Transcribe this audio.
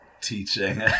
teaching